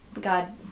God